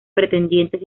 pretendientes